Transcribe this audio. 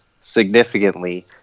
significantly